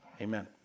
Amen